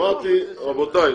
רבותיי,